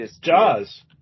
Jaws